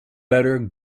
better